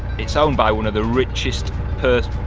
it's owned by one of the richest pers.